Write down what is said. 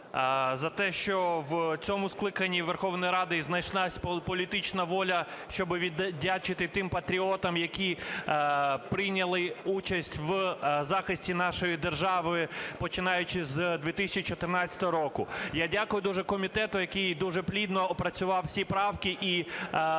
за те, що в цьому скликанні Верховної Ради знайшлась політична воля, щоби віддячити тим патріотам, які прийняли участь в захисті нашої держави, починаючи з 2014 року. Я дякую дуже комітету, який дуже плідно опрацював всі правки. І